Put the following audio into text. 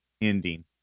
ending